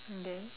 and then